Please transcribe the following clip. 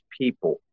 people